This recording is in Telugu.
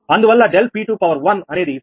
అందువల్ల ∆𝑃2 అనేది 0